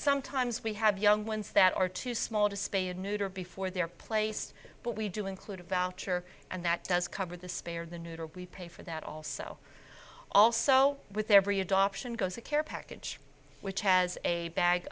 sometimes we have young ones that are too small to spay and neuter before their place but we do include a voucher and that does cover the spare the neuter we pay for that also also with every adoption goes a care package which has a bag